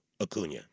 Acuna